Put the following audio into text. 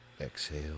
exhale